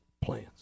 plans